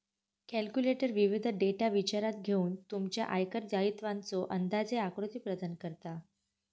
calculator विविध data विचारात घेऊन तुमच्या आयकर दायित्वाचो अंदाजे आकृती प्रदान करता